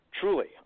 Truly